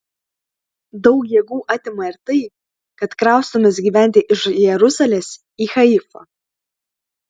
daug jėgų atima ir tai kad kraustomės gyventi iš jeruzalės į haifą